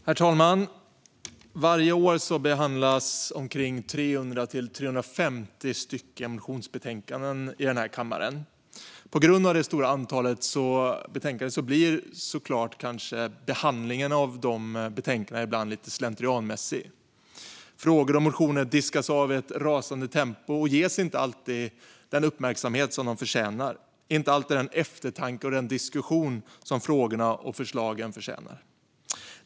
Herr talman! Varje år behandlas 300-350 motionsbetänkanden i denna kammare. På grund av det stora antalet blir behandlingen av dessa betänkanden ibland kanske lite slentrianmässig. Frågor och motioner diskas av i ett rasande tempo och ges inte alltid den uppmärksamhet som de förtjänar och inte alltid den eftertanke och den diskussion som frågorna och förslagen förtjänar. Herr talman!